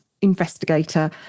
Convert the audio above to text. investigator